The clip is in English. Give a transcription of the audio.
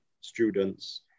students